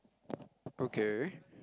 okay